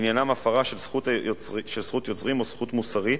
שעניינן הפרה של זכות יוצרים או זכות מוסרית,